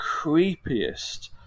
creepiest